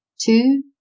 two